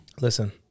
Listen